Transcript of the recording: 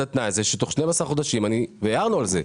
התנאי הזה שתוך 12 חודשים והערנו על זה,